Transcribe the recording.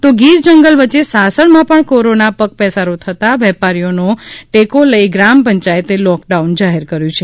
તો ગીર જંગલ વચ્ચે સાસણમાં પણ કોરોના પગપેસારો થતાં વેપારીઓ નો ટેકો લઈ ગ્રામ પંચાયતે લોક ડાઉન જાહેર કર્યું છે